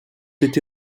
été